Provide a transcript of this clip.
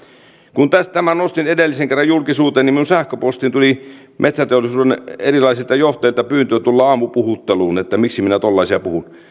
kun tämän nostin edellisen kerran julkisuuteen minun sähköpostiini tuli metsäteollisuuden erilaisilta johtajilta pyyntöjä tulla aamupuhutteluun siitä miksi minä tuollaisia puhun